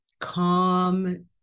calm